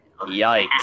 Yikes